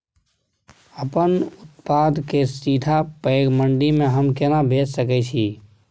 अपन उत्पाद के सीधा पैघ मंडी में हम केना भेज सकै छी?